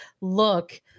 look